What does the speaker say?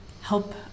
help